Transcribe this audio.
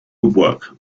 woodwork